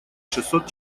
шестьсот